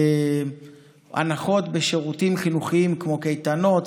הנחות בשירותים חינוכיים כמו קייטנות,